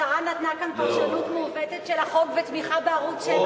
השרה נתנה כאן פרשנות מעוותת של החוק ותמיכה בערוץ-7,